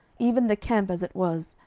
even the camp as it was,